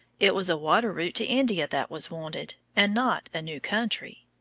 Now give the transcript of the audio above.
it was a water route to india that was wanted, and not a new country.